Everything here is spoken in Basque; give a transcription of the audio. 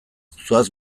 zoaz